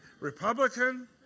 Republican